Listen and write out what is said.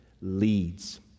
leads